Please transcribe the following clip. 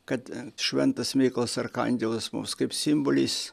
kad šventas mykolas arkangelas mums kaip simbolis